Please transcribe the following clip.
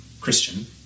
Christian